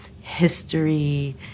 history